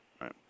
right